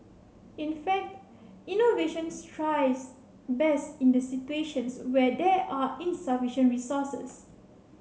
in fact innovations thrives best in the situations where there are insufficient resources